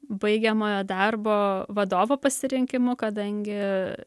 baigiamojo darbo vadovo pasirinkimu kadangi